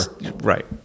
Right